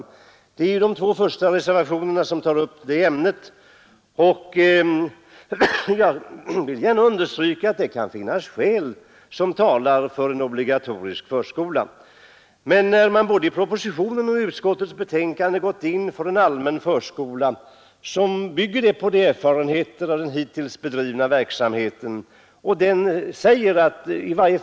Ämnet tas upp i de båda första reservationerna. Jag vill gärna understryka att det kan finnas skäl som talar för en obligatorisk förskola. Men när man både i propositionen och i utskottets betänkande har gått in för en allmän förskola, så bygger det på erfarenheterna av den hittills bedrivna verksamheten.